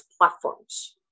platforms